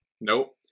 Nope